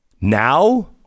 Now